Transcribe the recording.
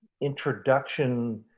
introduction